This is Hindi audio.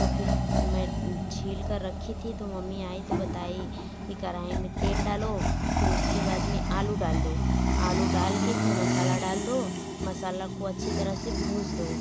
तो फिर मैं छीलकर रखी थी तो मम्मी आई तो बताई कि कढ़ाई में तेल डालो फिर उसके बाद में आलू डाल दो आलू डालके फिर मसाला डोल दो मसाला को अच्छी तरह से भूंज दो